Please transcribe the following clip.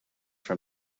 from